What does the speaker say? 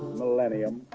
millennium.